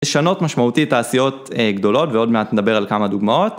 לשנות משמעותית תעשיות גדולות ועוד מעט נדבר על כמה דוגמאות.